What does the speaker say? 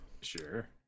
Sure